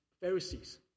Pharisees